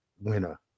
winner